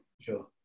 Sure